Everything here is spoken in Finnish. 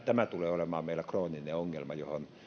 tämä tulee olemaan meillä krooninen ongelma johon